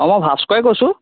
অ মই ভাস্কৰে কৈছোঁ